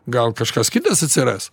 gal kažkas kitas atsiras